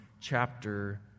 chapter